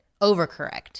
overcorrect